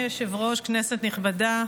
הלאומי לאובדן המזון ולהצלתו,